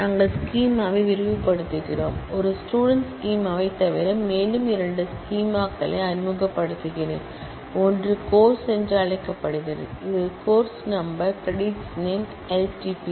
நாங்கள் ஸ்கிமாவை விரிவுபடுத்துகிறோம் ஒரு ஸ்டூடண்ட் ஸ்கிமாவை தவிர மேலும் இரண்டு ஸ்கிமாவை களை அறிமுகப்படுத்துகிறேன் ஒன்று கோர்ஸ் என்று அழைக்கப்படுகிறது இது course number credits name L T P